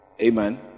Amen